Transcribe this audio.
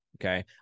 okay